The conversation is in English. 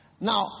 Now